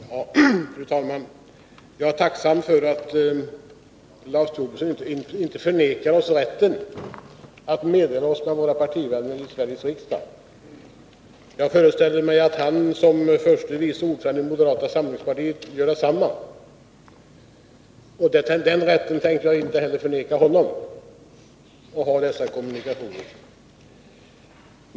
Fru talman! Jag är tacksam för att Lars Tobisson inte förmenar oss rätten att meddela oss med våra partivänner i Sveriges riksdag. Jag föreställer mig att han som förste vice ordförande i moderata samlingspartiet har samma inställning, och jag tänker inte heller förmena honom rätten att ha dessa kommunikationer.